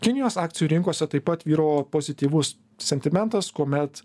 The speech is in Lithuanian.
kinijos akcijų rinkose taip pat vyravo pozityvus sentimentas kuomet